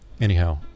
Anyhow